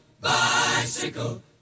Bicycle